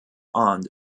aunt